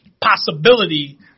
possibility